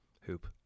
hoop